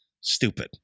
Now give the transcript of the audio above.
stupid